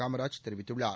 காமராஜ் தெரிவித்துள்ளார்